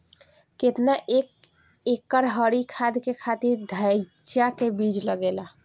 केतना एक एकड़ हरी खाद के खातिर ढैचा के बीज लागेला?